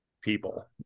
people